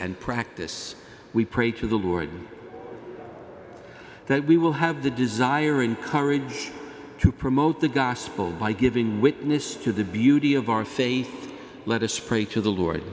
and practice we pray to the lord that we will have the desire and courage to promote the gospel by giving witness to the beauty of our faith let us pray to the lord